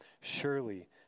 Surely